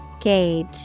Gauge